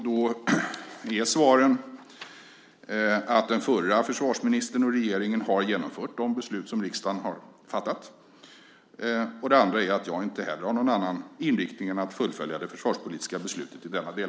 Då är svaret att den förra försvarsministern och regeringen har genomfört de beslut som riksdagen har fattat. Det andra är att jag heller inte har någon annan inriktning än att fullfölja det försvarspolitiska beslutet i denna del.